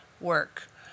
work